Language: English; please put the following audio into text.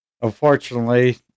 unfortunately